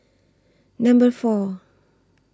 Number four